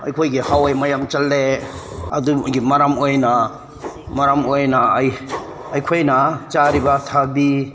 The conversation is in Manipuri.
ꯑꯩꯈꯣꯏꯒꯤ ꯍꯋꯥꯏ ꯃꯌꯥꯝ ꯆꯠꯂꯦ ꯑꯗꯨꯒꯤ ꯃꯔꯝ ꯑꯣꯏꯅ ꯃꯔꯝ ꯑꯣꯏꯅ ꯑꯩ ꯑꯩꯈꯣꯏꯅ ꯆꯥꯔꯤꯕ ꯊꯕꯤ